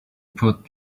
put